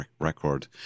record